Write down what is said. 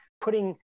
putting